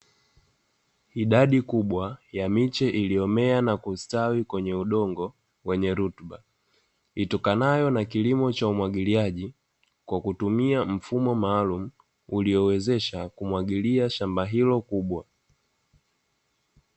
Idadi kubwa ya miche iliyomea na kustawi kwenye udongo wenye rutuba, itokanayo na kilimo cha umwagiliaji kwa kutumia mfumo maalumu uliowezesha kumwagilia shamba hilo kubwa.